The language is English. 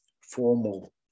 formal